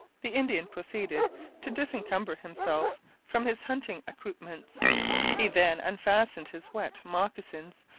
the indian proceeded to disencumber himself from his hunting accoutrements he then unfastened his wet mocassins,